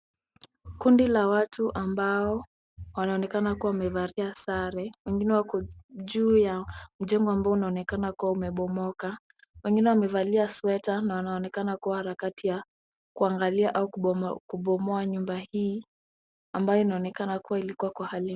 Kundi la watu ambao wanaonekana kuwa wamevalia sare, wengine wako juu ya mjengo ambao unaonekana kuwa umebomoka, wengine wamevalia sweta na wanaonekana kuwa katika harakati ya kuangalia au kubomoa nyumba hii, ambayo inaonekana kuwa ilikua kwa hali.